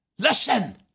Listen